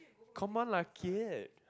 come on lah kid